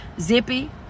zippy